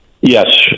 Yes